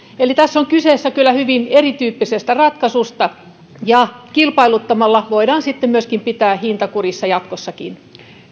eli tässä on kyse kyllä hyvin erityyppisestä ratkaisusta ja kilpailuttamalla voidaan myöskin pitää hinta kurissa jatkossakin